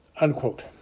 unquote